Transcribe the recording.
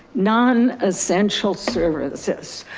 non essential services,